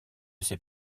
ses